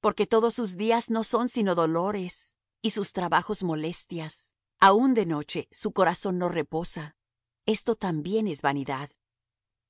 porque todos sus días no son sino dolores y sus trabajos molestias aun de noche su corazón no reposa esto también es vanidad